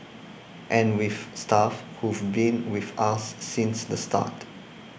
and we've staff who've been with us since the start